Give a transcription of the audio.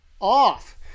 off